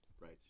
Right